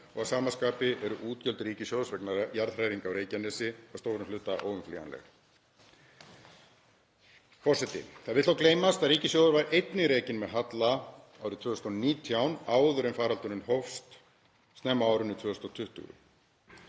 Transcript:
og að sama skapi eru útgjöld ríkissjóðs vegna jarðhræringa á Reykjanesi að stórum hluta óumflýjanleg. Forseti. Það vill þó gleymast að ríkissjóður var einnig rekinn með halla árið 2019, áður en faraldurinn hófst snemma á árinu 2020.